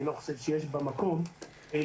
אני לא חושב שיש בה מקום לקצץ,